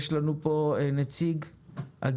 יש לנו פה את נציג הגמלאים